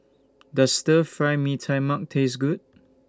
Does Stir Fry Mee Tai Mak Taste Good